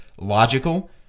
logical